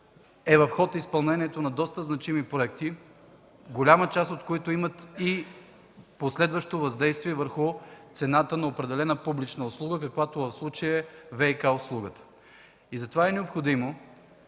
е в ход изпълнението на доста значими проекти, голяма част от които имат и последващо въздействие върху цената на определена публична услуга, каквато в случая е цената на ВиК услугата. Затова е необходимо